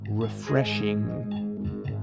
refreshing